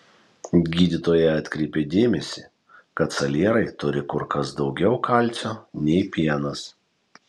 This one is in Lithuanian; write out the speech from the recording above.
gydytoja atkreipė dėmesį kad salierai turi kur kas daugiau kalcio nei pienas